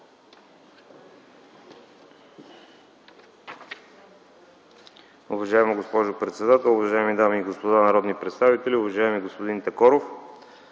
Уважаема госпожо председател, уважаеми дами и господа народни представители, уважаеми господин Такоров!